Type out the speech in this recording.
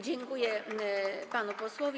Dziękuję panu posłowi.